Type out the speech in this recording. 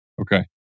Okay